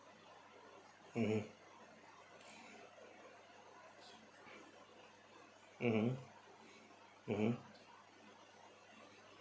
mmhmm mmhmm mmhmm